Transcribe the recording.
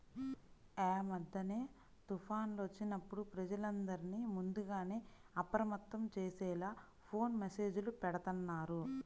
యీ మద్దెన తుఫాన్లు వచ్చినప్పుడు ప్రజలందర్నీ ముందుగానే అప్రమత్తం చేసేలా ఫోను మెస్సేజులు బెడతన్నారు